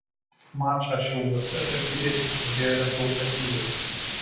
mačą šiauliuose žalgiriečiai pradėjo rezultatyviai